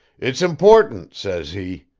it's important says he.